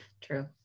True